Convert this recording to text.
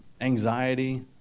anxiety